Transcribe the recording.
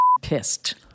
pissed